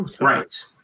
right